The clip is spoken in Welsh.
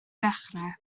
ddechrau